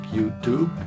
YouTube